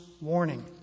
warning